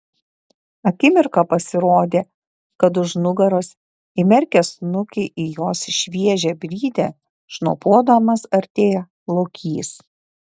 akimirką pasirodė kad už nugaros įmerkęs snukį į jos šviežią brydę šnopuodamas artėja lokys